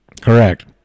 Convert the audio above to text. Correct